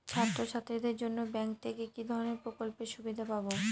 ছাত্রছাত্রীদের জন্য ব্যাঙ্ক থেকে কি ধরণের প্রকল্পের সুবিধে পাবো?